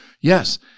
Yes